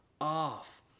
off